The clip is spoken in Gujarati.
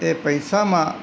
એ પૈસામાં